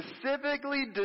specifically